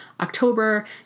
October